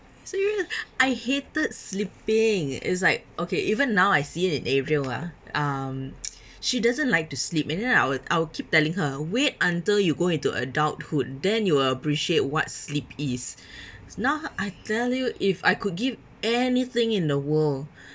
serious I hated sleeping it's like okay even now I see it in a ariel ah um she doesn't like to sleep and then I will I'll keep telling her wait until you go into adulthood then you will appreciate what sleep is now I tell you if I could give anything in the world